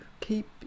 keep